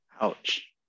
Ouch